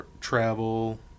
travel